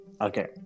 Okay